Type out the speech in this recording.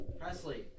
Presley